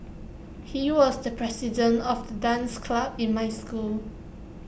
he was the president of the dance club in my school